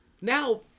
now